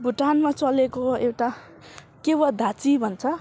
भुटानमा चलेको एउटा केवाधाचि भन्छ